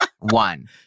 one